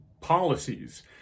policies